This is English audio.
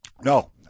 No